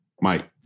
Mike